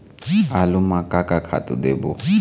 आलू म का का खातू देबो?